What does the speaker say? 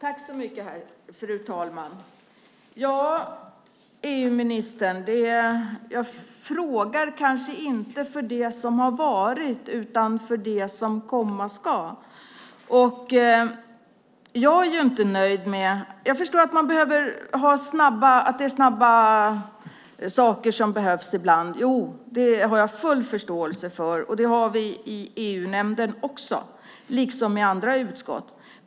Fru talman! Jag frågar kanske inte för det som har varit, EU-ministern, utan för det som komma ska. Jag förstår att det ibland behövs snabba saker. Det har jag full förståelse för. Det har vi också i EU-nämnden liksom i andra utskott.